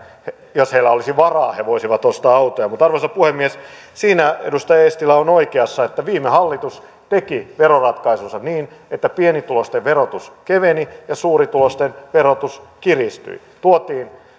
jos heillä olisi varaa he voisivat ostaa autoja arvoisa puhemies siinä edustaja eestilä on oikeassa että viime hallitus teki veroratkaisunsa niin että pienituloisten verotus keveni ja suurituloisten verotus kiristyi tuotiin